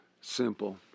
simple